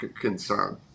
concern